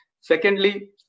Secondly